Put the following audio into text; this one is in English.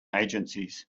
agencies